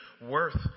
worth